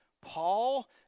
Paul